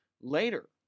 later